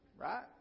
Right